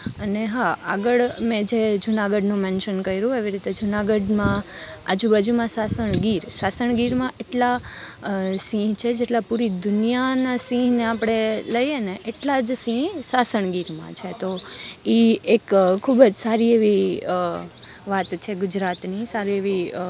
અને હા આગળ મેં જે જૂના ગઢનું મેન્સન કર્યું એવી રીતે જુનાગઢમાં આજુબાજુમાં સાસણ ગીર સાસણ ગીરમાં એટલા સિંહ છે જેટલા પૂરી દુનિયા ના સિંહને આપણે લઈએને એટલા જ સિંહ સાસણ ગીરમાં છે તો ઈ એક ખૂબ જ સારી એવી વાત છે ગુજરાતની સારી એવી